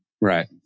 Right